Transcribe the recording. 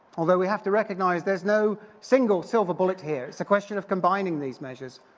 although we have to recognize there's no single silver bullet here, it's a question of combining these measures,